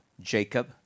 Jacob